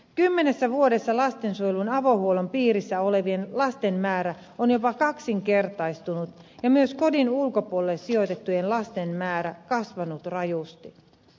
kymmenessä vuodessa lastensuojelun avohuollon piirissä olevien lasten määrä on jopa kaksinkertaistunut ja myös kodin ulkopuolelle sijoitettujen lasten määrä kasvanut rajusti